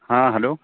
ہاں ہلو